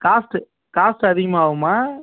cost cost அதிகமாகுமா